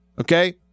Okay